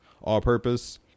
all-purpose